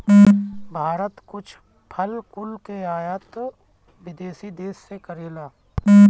भारत कुछ फल कुल के आयत विदेशी देस से करेला